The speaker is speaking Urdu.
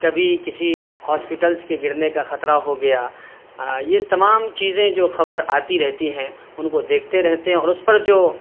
کبھی کسی ہاسپٹلس کے گرنے کا خطرہ ہو گیا یہ تمام چیزیں جو خبر آتی رہتی ہیں ان کو دیکھتے رہتے ہیں اور اس پر جو